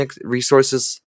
resources